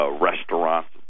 restaurants